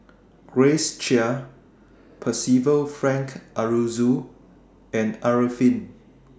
Grace Chia Percival Frank Aroozoo and Arifin